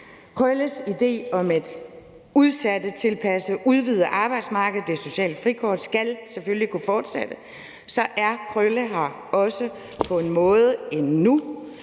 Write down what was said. Krølles idé om et udsattetilpasset og udvidet arbejdsmarked – det sociale frikort – skal selvfølgelig kunne fortsætte, og så er Krølle her på en måde også endnu.